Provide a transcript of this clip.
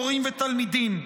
מורים ותלמידים: